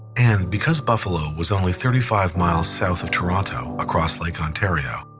and because buffalo was only thirty five miles south of toronto, across lake ontario,